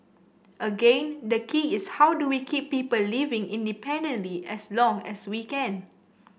again the key is how do we keep people living independently as long as we can